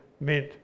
meant